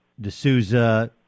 D'Souza